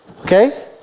Okay